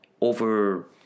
over